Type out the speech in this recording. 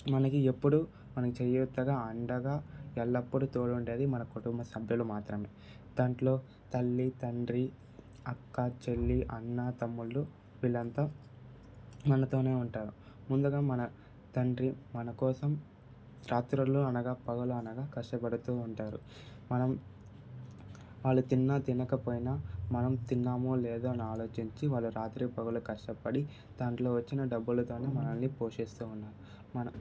మనకి ఎప్పుడూ మనం చేయూతగా అండగా ఎల్లప్పుడూ తోడు ఉండేది మన కుటుంబ సభ్యులు మాత్రమే దాంట్లో తల్లి తండ్రి అక్క చెల్లి అన్నతమ్ములు వీళ్లంతా మనతోనే ఉంటారు ముందుగా మన తండ్రి మనకోసం రాత్రుల్లో అనగా పగల అనగా కష్టపడుతూ ఉంటారు మనం వాళ్ళు తిన్న తినకపోయినా మనం తిన్నామో లేదో అని ఆలోచించి వాళ్లు రాత్రి పగలు కష్టపడి దాంట్లో వచ్చిన డబ్బులతోనే మనల్ని పోషిస్తున్నారు మన